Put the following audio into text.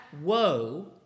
woe